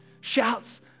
shouts